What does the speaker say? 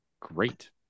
great